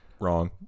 Wrong